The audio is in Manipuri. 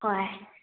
ꯍꯣꯏ